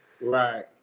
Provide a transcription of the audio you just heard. Right